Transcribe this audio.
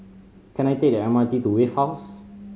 can I take the M R T to Wave House